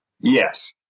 yes